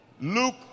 Luke